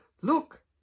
Look